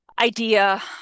idea